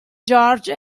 george